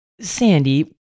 Sandy